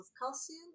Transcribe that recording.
calcium